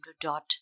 DOT